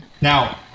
Now